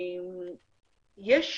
יש